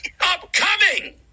Upcoming